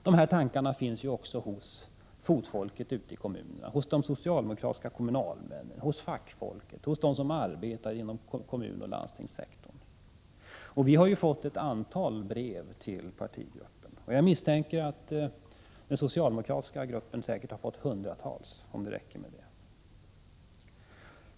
Dessa tankar finns också hos fotfolket ute i kommunerna, hos de socialdemokratiska kommunalmännen, hos fackfolket och hos dem som arbetar inom kommunoch landstingssektorn. Ett antal brev har skickats till vår partigrupp. Jag misstänker att den socialdemokratiska gruppen har fått hundratals brev — om det ens räcker med det.